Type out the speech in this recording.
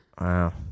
Wow